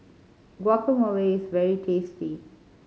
guacamole is very tasty